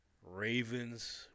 Ravens